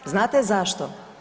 Znate zašto?